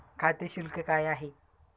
खाते शुल्क काय आहे?